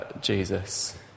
Jesus